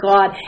God